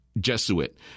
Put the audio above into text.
Jesuit